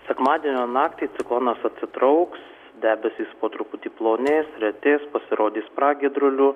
sekmadienio naktį ciklonas atsitrauks debesys po truputį plonės retės pasirodys pragiedrulių